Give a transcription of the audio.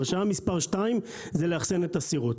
הרשאה מספר שתיים זה לאחסן את הסירות.